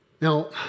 Now